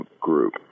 group